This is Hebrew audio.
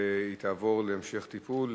והיא תעבור להמשך טיפול,